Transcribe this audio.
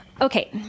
Okay